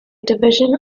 division